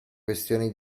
questione